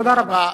תודה רבה.